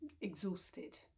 exhausted